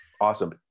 awesome